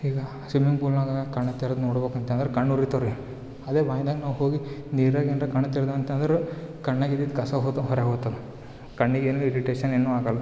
ಈಗ ಸ್ವಿಮಿಂಗ್ ಪೂಲ್ನಾಗೆ ಕಣ್ಣು ತೆರೆದು ನೋಡ್ಬೇಕಂತಂದ್ರೆ ಕಣ್ಣು ಉರಿತವೆ ರೀ ಅದೆ ಬಾವಿಯಾಗ್ ನಾವು ಹೋಗಿ ನೀರಾಗ್ ಏನ್ರಾ ಕಣ್ಣು ತೆರೆದ ಅಂತಂದ್ರೆ ಕಣ್ಣಗೆ ಇದ್ದಿದ್ದು ಕಸ ಹೋತ ಹೊರಹೊಗ್ತದೆ ಕಣ್ಣಿಗೇನೆ ಇರಿಟೇಷನ್ ಏನು ಆಗೋಲ್ಲ